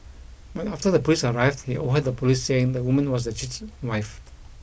but after the police arrived he overheard the police saying the woman was the cheat's wife